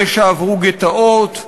אלה שעברו גטאות,